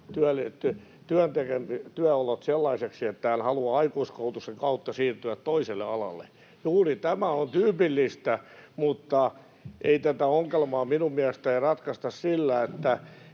työolot sellaisiksi, että hän haluaa aikuiskoulutuksen kautta siirtyä toiselle alalle. Juuri tämä on tyypillistä, mutta ei tätä ongelmaa minun mielestäni ratkaista sillä, että